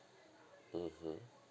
mmhmm